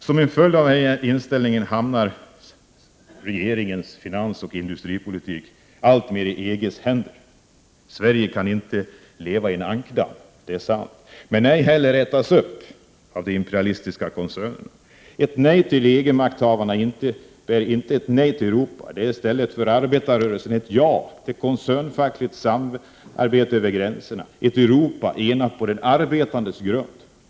Som en följd av den inställningen hamnar regeringens finansoch industripolitik alltmer i EG:s händer. Sverige kan inte leva i en ankdamm, det är sant, men får inte heller ätas upp av de imperialistiska koncernerna. Ett nej till EG-makthavarna är inte ett nej till Europa. För arbetarrörelsen är det i stället ett ja till koncernfackligt samarbete över gränserna, ett Europa enat på de arbetandes grund.